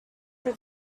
for